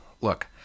look